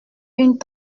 une